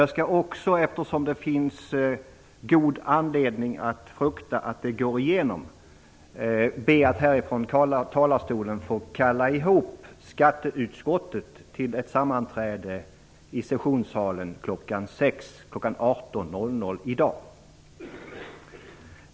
Jag skall också, eftersom det finns god anledning att frukta att det går igenom, be att härifrån talarstolen få kalla samman skatteutskottet till ett sammanträde i sessionssalen kl. 18.00 i dag.